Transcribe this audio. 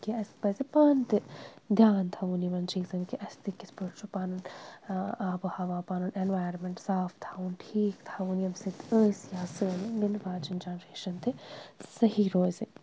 کہِ اَسہِ پَزِ پانہٕ تہِ دھیان تھاوُن یِمَن چیٖزَن کہِ اَسہِ تہِ کِتھ پٲٹھۍ چھُ پَنُن آبہٕ ہوا پَنُن انوارمینٹ صاف تھاوُن ٹھیٖک تھاوُن ییٚمہِ سۭتۍ أسۍ یا سٲنۍ یِِنہٕ واجیٚن جنریشَن تہِ صحیح روزِ